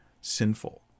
sinful